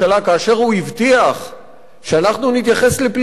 כאשר הוא הבטיח שאנחנו נתייחס לפליטים